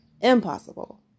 Impossible